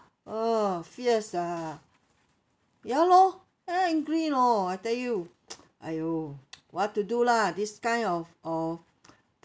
ah fierce ah ya lor very angry you know I tell you !aiyo! what to do lah this kind of of